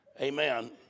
amen